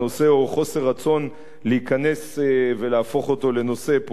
רצון להיכנס ולהפוך אותו לנושא פוליטי,